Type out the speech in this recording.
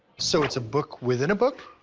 so it's a book within a book?